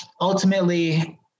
ultimately